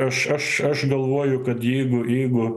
aš aš aš galvoju kad jeigu jeigu